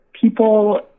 people